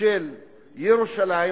של ירושלים,